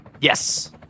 Yes